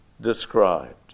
described